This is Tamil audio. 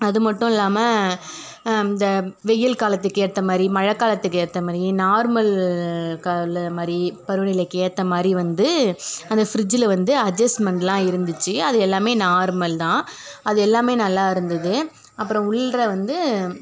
அது மட்டும் இல்லாமல் இந்த வெயில் காலத்துக்கேற்ற மாதிரி மழைக்காலத்துக்கு ஏற்ற மாதிரி நார்மல் கால மாதிரி பருவநிலைக்கு ஏற்ற மாதிரி வந்து அந்த ஃப்ரிட்ஜில் வந்து அட்ஜெஸ்மென்ட்லாம் இருந்துச்சு அது எல்லாமே நார்மல் தான் அது எல்லாமே நல்லா இருந்தது அப்புறம் உள்ளார வந்து